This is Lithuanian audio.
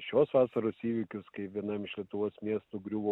šios vasaros įvykius kai vienam iš lietuvos miestų griuvo